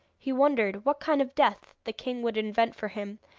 he wondered what kind of death the king would invent for him,